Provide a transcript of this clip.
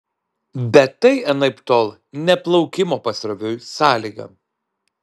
bet tai anaiptol ne plaukimo pasroviui sąlyga